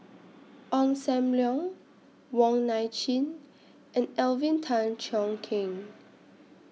Ong SAM Leong Wong Nai Chin and Alvin Tan Cheong Kheng